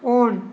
on